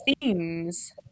themes